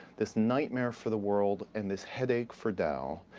this nightmare for the world and this headache for dow,